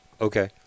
okay